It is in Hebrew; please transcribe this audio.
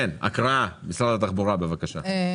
כן, הקראה, משרד התחבורה בבקשה.